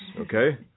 Okay